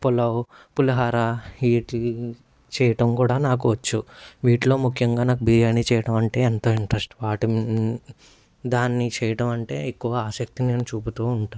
పులావు పులిహోర వీటిని చేయటం కూడా నాకు వచ్చు వీటిలో ముఖ్యంగా నాకు బిర్యానీ చేయటం అంటే ఎంతో ఇంట్రెస్ట్ వాటి మిం దాన్ని చేయటం అంటే ఎక్కువ ఆసక్తిని నేను చూపుతూ ఉంటాను